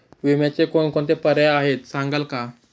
विम्याचे कोणकोणते पर्याय आहेत सांगाल का?